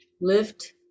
lift